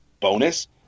bonus